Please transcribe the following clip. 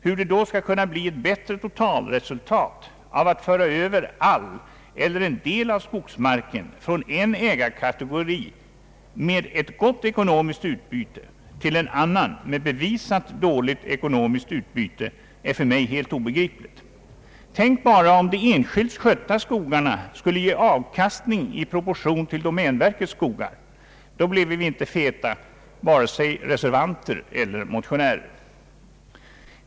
Hur det då skall kunna bli ett bättre totalresultat av att föra över all eller en del av skogsmarken från en ägarkategori med ett gott ekonomiskt utbyte till en annan med bevisat dåligt ekonomiskt utbyte är för mig helt obegripligt. Tänk bara om de enskilt skötta skogarna skulle ge avkastning i proportion till domänverkets skogar. Då blev varken reservanter eller motionärer feta.